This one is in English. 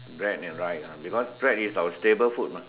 bread and rice ah because bread is our staple food mah